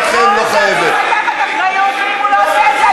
וראו היטב את הפעולות ואת הדיונים שקיימנו,